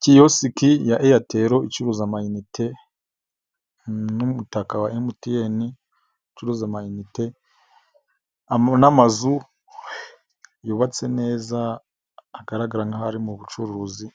Kiyosiki ya Eyari icuruza amayinite n'umutaka wa MTN uruza amayinite, n'amazu yubatse neza agaragara nk'aho ari mu bucuruzi,